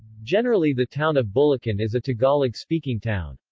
generally the town of bulakan is a tagalog speaking town.